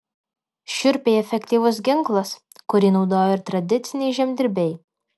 šiurpiai efektyvus ginklas kurį naudojo ir tradiciniai žemdirbiai